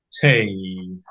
Hey